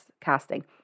casting